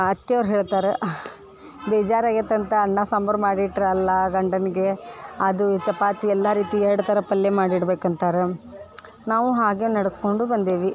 ಅತ್ತೆಯವ್ರು ಹೇಳ್ತಾರೆ ಬೇಜಾರು ಆಗೈತಂತ ಅನ್ನ ಸಾಂಬಾರು ಮಾಡಿಟ್ಟಿರಲ್ಲ ಗಂಡನಿಗೆ ಅದು ಚಪಾತಿ ಎಲ್ಲ ರೀತಿ ಎರಡು ಥರ ಪಲ್ಲೆ ಮಾಡಿಡ್ಬೇಕು ಅಂತಾರೆ ನಾವು ಹಾಗೆ ನಡೆಸ್ಕೊಂಡು ಬಂದೇವಿ